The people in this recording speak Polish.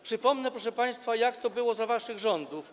Przypomnę, proszę państwa, jak to było za waszych rządów.